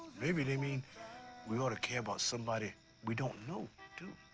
maybe they mean we ought to care about somebody we don't know too.